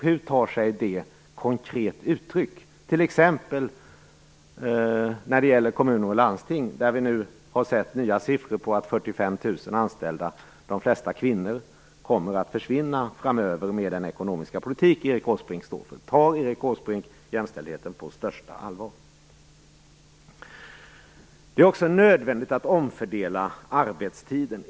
Hur tar sig det konkret uttryck, t.ex. i kommuner och landsting, där vi nu har sett nya siffror på att 45 000 anställda, de flesta kvinnor, kommer att försvinna framöver med den ekonomiska politik Erik Åsbrink står för? Tar Erik Åsbrink jämställdheten på största allvar? Det är också nödvändigt att omfördela arbetstiden.